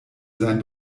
sein